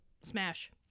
smash